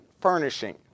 furnishing